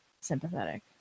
sympathetic